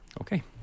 okay